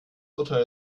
urteil